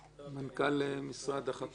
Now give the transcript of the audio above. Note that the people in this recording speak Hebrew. מנכ"ל משרד החקלאות.